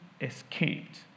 escaped